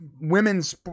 women's